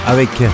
Avec